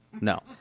No